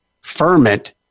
ferment